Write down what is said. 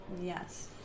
Yes